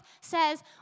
says